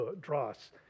dross